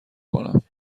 کنم